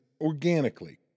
organically